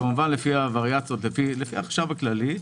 כמובן לפי החשב הכללי.